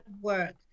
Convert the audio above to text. work